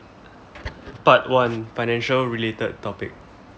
part one financial related topic